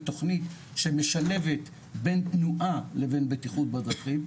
תכנית שמשלבת בין תנועה לבין בטיחות בדרכים.